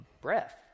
breath